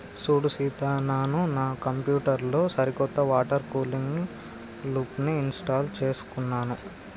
సూడు సీత నాను నా కంప్యూటర్ లో సరికొత్త వాటర్ కూలింగ్ లూప్ని ఇంస్టాల్ చేసుకున్నాను